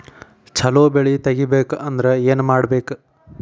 ಛಲೋ ಬೆಳಿ ತೆಗೇಬೇಕ ಅಂದ್ರ ಏನು ಮಾಡ್ಬೇಕ್?